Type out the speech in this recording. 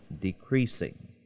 decreasing